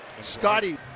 Scotty